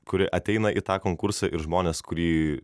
kuri ateina į tą konkursą ir žmonės kurį